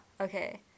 okay